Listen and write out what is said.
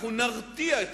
אנחנו נרתיע את